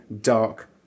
dark